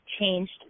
changed